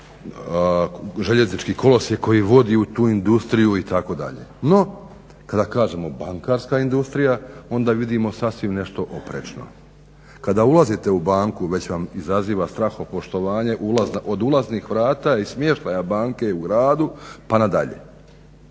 željeznički kolosijek koji vodi u tu industriju itd. No, kada kažemo bankarska industrija onda vidimo sasvim nešto oprečno. Kada ulazite u banku već vam izaziva strahopoštovanje od ulaznih vrata i smještaja banke u gradu, pa na dalje.